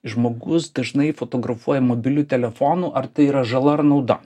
žmogus dažnai fotografuoja mobiliu telefonu ar tai yra žala ar nauda